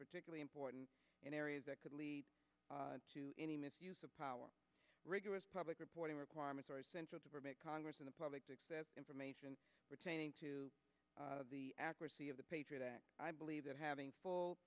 particularly important in areas that could lead to any misuse of power rigorous public reporting requirements are essential to permit congress and the public to access information pertaining to the accuracy of the patriot act i believe that having full